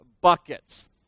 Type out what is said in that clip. buckets